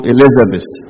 Elizabeth